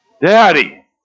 Daddy